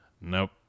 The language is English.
Nope